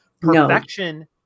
Perfection